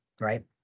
right